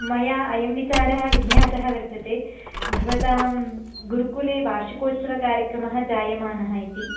मया अयं विचारः विज्ञातः वर्तते भवतां गुरुकुले वार्षिकोत्सवकार्यक्रमः जायमानः इति